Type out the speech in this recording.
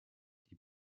die